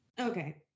Okay